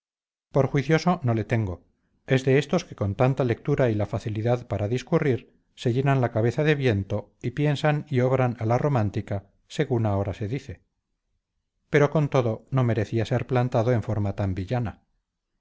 por juicioso no le tengo es de estos que con tanta lectura y la facilidad para discurrir se llenan la cabeza de viento y piensan y obran a la romántica según ahora se dice pero con todo no merecía ser plantado en forma tan villana